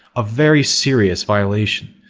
a very serious violation,